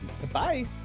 goodbye